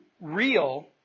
real